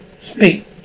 speak